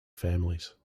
families